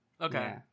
Okay